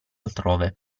altrove